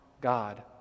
God